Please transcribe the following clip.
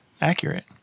accurate